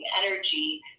energy